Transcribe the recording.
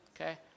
okay